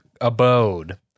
abode